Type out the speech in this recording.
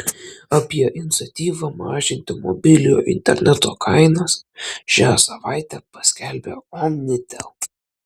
apie iniciatyvą mažinti mobiliojo interneto kainas šią savaitę paskelbė omnitel